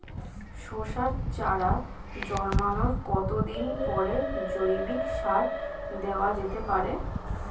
শশার চারা জন্মানোর কতদিন পরে জৈবিক সার দেওয়া যেতে পারে?